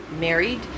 married